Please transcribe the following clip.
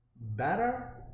better